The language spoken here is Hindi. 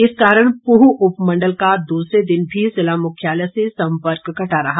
इस कारण पूह उपमंडल का दूसरे दिन भी जिला मुख्यालय से संपर्क कटा रहा